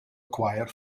acquire